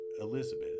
Elizabeth